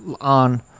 on